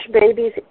babies